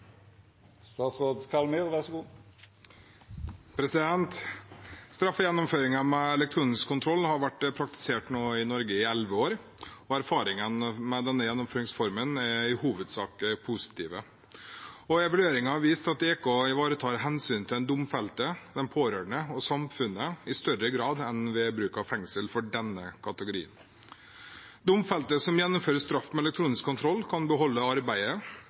i hovedsak positive. Evalueringen har vist at EK ivaretar hensyn til den domfelte, de pårørende og samfunnet i større grad enn ved bruk av fengsel for denne kategorien domfelte. Domfelte som gjennomfører straff med elektronisk kontroll, kan beholde arbeidet